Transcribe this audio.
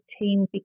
team